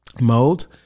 modes